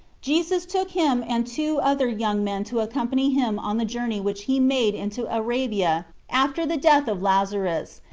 jesus took him and two other young men to accompany him on the journey which he made into arabia after the death of lazarus,